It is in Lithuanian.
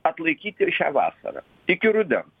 atlaikyti ir šią vasarą iki rudens